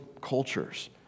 cultures